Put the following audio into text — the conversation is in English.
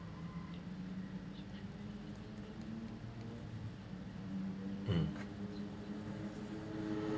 um